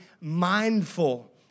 mindful